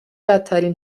بدترین